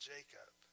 Jacob